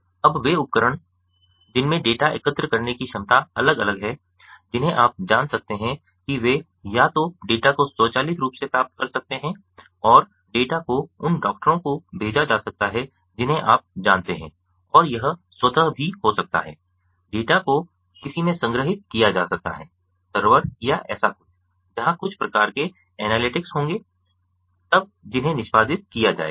अब वे उपकरण जिनमें डेटा एकत्र करने की क्षमता अलग अलग हैं जिन्हें आप जान सकते हैं कि वे या तो डेटा को स्वचालित रूप से प्राप्त कर सकते हैं और डेटा को उन डॉक्टरों को भेजा जा सकता है जिन्हें आप जानते हैं और यह स्वतः भी हो सकता है डेटा को किसी में संग्रहीत किया जा सकता है सर्वर या ऐसा कुछ जहां कुछ प्रकार के एनालिटिक्स होंगे तब जिन्हें निष्पादित किया जाएगा